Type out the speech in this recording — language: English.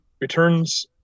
returns